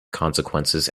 consequences